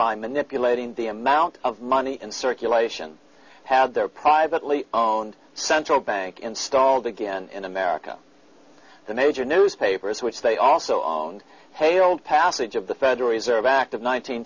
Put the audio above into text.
by manipulating the amount of money in circulation had their privately own central bank installed again in america the major newspapers which they also own hate old passage of the federal reserve act of